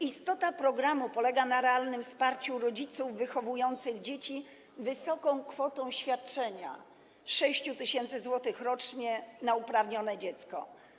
Istota programu polega na realnym wsparciu rodziców wychowujących dzieci wysoką kwotą świadczenia 6 tys. zł rocznie na uprawione dziecko.